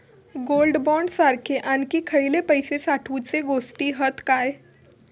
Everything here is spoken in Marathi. गोल्ड बॉण्ड सारखे आणखी खयले पैशे साठवूचे गोष्टी हत काय?